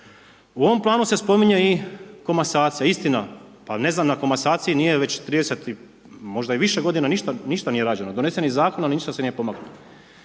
U ovom planu se spominje i komasacija, istina, pa ne znam na komasacija već 30 možda i više g. ništa nije rađeno, donesen je zakon, ali ništa se nije pomaklo.